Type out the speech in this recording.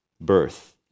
birth